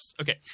Okay